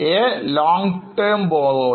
A long term borrowings